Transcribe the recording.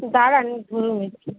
দাঁড়ান আমি গুনে নিচ্ছি